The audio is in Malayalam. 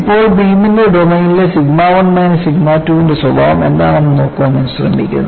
ഇപ്പോൾ ബീമിന്റെ ഡൊമെയ്നിലെ സിഗ്മ 1 മൈനസ് സിഗ്മ 2 ന്റെ സ്വഭാവം എന്താണെന്ന് നോക്കാൻ നമ്മൾ ശ്രമിക്കുന്നു